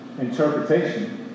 interpretation